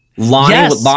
Lonnie